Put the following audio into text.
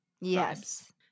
Yes